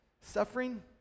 suffering